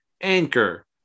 anchor